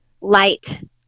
light